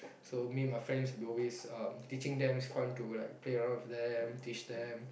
so me and my friends we always uh teaching them it's fun to like play around with them teach them